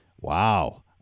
Wow